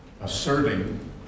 asserting